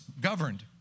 governed